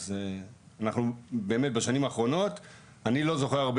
אז אנחנו באמת בשנים האחרונות אני לא זוכר הרבה